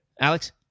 Alex